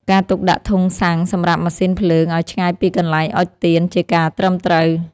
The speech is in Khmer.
ការទុកដាក់ធុងសាំងសម្រាប់ម៉ាស៊ីនភ្លើងឱ្យឆ្ងាយពីកន្លែងអុជទៀន ជាការត្រឹមត្រូវ។